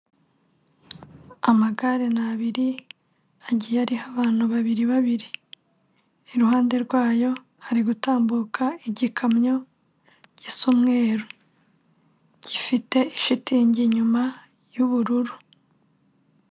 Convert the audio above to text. Amagare ni abiri, agiye ariho abantu babiri babiri, iruhande rwayo hari gutambuka igikamyo gisa umweru, gifite shitingi inyuma y'ubururu.